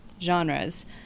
genres